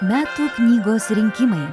metų knygos rinkimai